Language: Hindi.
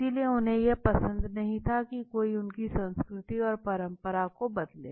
इसलिए उन्हें यह पसंद नहीं था कि कोई उनकी संस्कृति और परंपरा को बदले